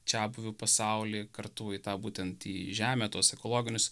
čiabuvių pasaulį kartu į tą būtent į žemę tuos ekologinius